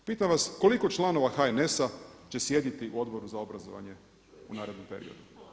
Pitam vas koliko članova HNS-a će sjediti u Odboru za obrazovanje u narednom periodu?